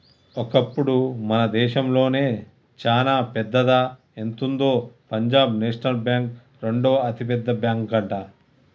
ఒకప్పుడు మన దేశంలోనే చానా పెద్దదా ఎంతుందో పంజాబ్ నేషనల్ బ్యాంక్ రెండవ అతిపెద్ద బ్యాంకట